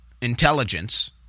intelligence